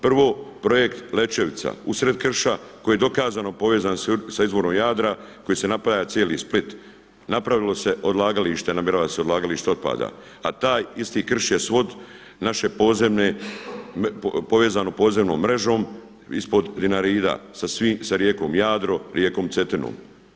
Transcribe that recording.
Prvo projekt Lećevica, u sred krša koji je dokazano povezan sa izvorom Jadra kojim se napaja cijeli Split, napravilo se odlagalište, namjerava se odlagalište otpada, a taj isti krš je svod naše podzemne povezano podzemnom vezom ispod Dinarida sa rijekom Jadro, rijekom Cetinom.